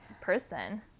person